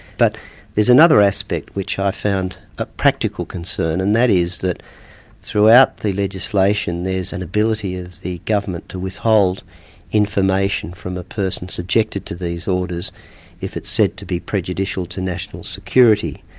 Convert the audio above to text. but there's another aspect which i found a practical concern, and that is that throughout the legislation there's an ability of the government to withhold information from a person subjected to these orders if it's said to be prejudicial to national security.